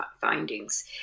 findings